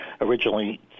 originally